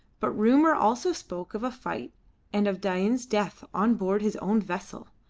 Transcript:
but rumour also spoke of a fight and of dain's death on board his own vessel.